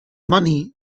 money